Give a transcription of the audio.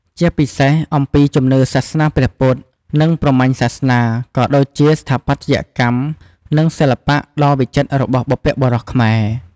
ជាពិសេសអំពី ជំនឿសាសនាព្រះពុទ្ធ និងព្រហ្មញ្ញសាសនា ក៏ដូចជា ស្ថាបត្យកម្ម និងសិល្បៈ ដ៏វិចិត្ររបស់បុព្វបុរសខ្មែរ។